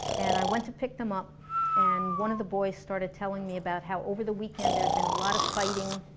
and i went to pick them up and one of the boys started telling me about how over the weekend there'd been a lot of fighting